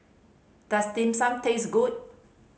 does Dim Sum taste good